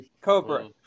Cobra